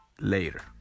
later